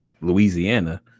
Louisiana